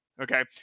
okay